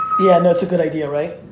yeah and it's a good idea right?